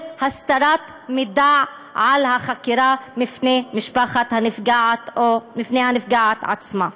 הסתרת מידע על החקירה מפני משפחת הנפגעת או הנפגעת עצמה.